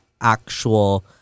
actual